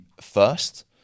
first